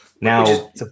Now